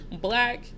black